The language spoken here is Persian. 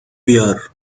بیار